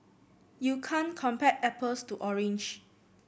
you can't compare apples to orange